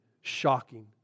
shocking